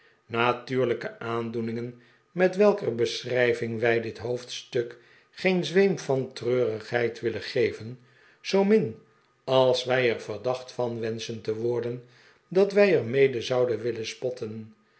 natuurlijke aandoeningen met welker beschrijving wij dit hoofdstuk geen zweem van treurigheid willen geven zoomin als wij er verdacht van wenschen te worden dat wij er mede zouden willen spotten